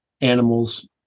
animals